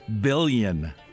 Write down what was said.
billion